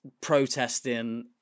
protesting